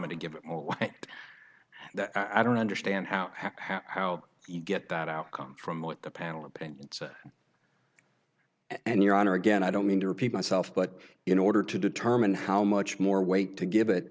going to give all that i don't understand how to how you get that outcome from what the panel opinion said and your honor again i don't mean to repeat myself but in order to determine how much more weight to give it